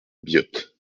biot